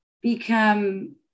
become